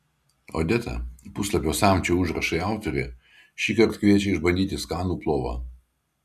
odeta puslapio samčio užrašai autorė šįkart kviečia išbandyti skanų plovą